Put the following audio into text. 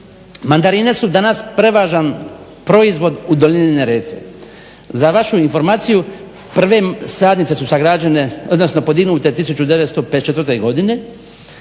Mandarine su danas prevažan proizvod u dolini Neretve. Za vašu informaciju prve sadnice su sagrađene odnosno podignute 1954. Godine